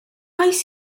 oes